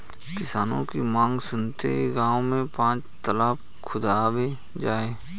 किसानों की मांग सुनते हुए गांव में पांच तलाब खुदाऐ जाएंगे